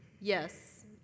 Yes